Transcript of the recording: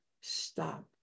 stop